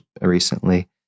recently